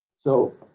so